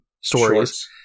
stories